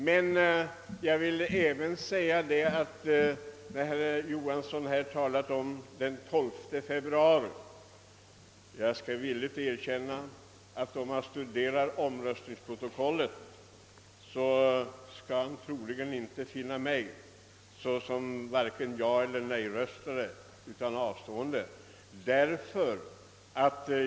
Med anledning av vad herr Johansson i Trollhättan sade om beslutet den 12 februari vill jag säga att han, om han studerar omröstningsprotokollet, inte skall finna mig bland dem som röstade ja eller nej utan bland dem som avstod från att rösta.